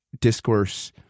discourse